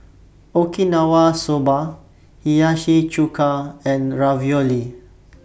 Okinawa Soba Hiyashi Chuka and Ravioli